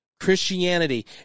Christianity